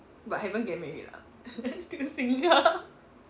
but haven't get married lah sill single